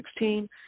2016